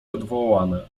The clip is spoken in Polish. odwołane